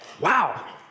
Wow